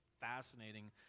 fascinating